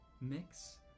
mix